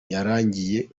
yarangiye